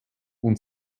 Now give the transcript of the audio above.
und